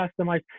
customize